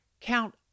count